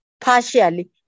partially